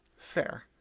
Fair